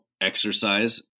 exercise